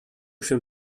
się